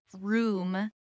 room